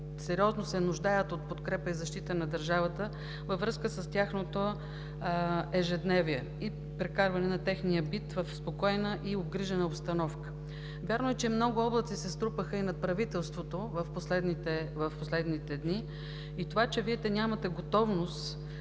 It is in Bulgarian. най-сериозно се нуждаят от подкрепа и защита на държавата във връзка с тяхното ежедневие и бит в спокойна и обгрижена обстановка. Вярно е, че много облаци се струпаха над правителството в последните дни, и това, че Вие нямате готовност